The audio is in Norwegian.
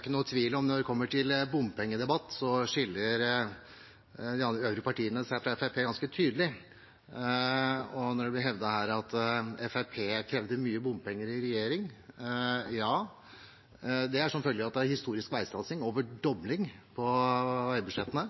ikke noen tvil om at når det gjelder bompengedebatten, skiller de øvrige partiene seg fra Fremskrittspartiet ganske tydelig. Det blir hevdet at Fremskrittspartiet krevde inn mye bompenger i regjering: Ja, det er som følge av at det var en historisk veisatsing – over en dobling i veibudsjettene.